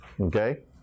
okay